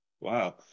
Wow